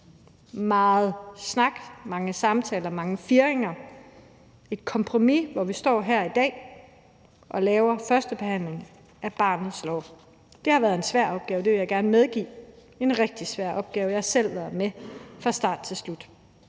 fire på noget for at få det kompromis, som gør, at vi står her i dag og har førstebehandlingen af barnets lov. Det har været en svær opgave – det vil jeg gerne medgive – en rigtig svær opgave. Jeg har selv været med fra start til slut,